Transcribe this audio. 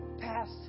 past